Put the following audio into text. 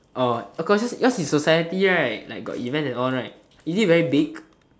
orh of course it's yours is society right like got events and all right is it very big